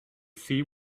see